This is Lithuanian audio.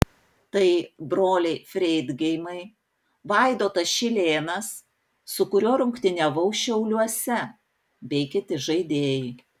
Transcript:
tai broliai freidgeimai vaidotas šilėnas su kuriuo rungtyniavau šiauliuose bei kiti žaidėjai